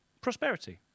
Prosperity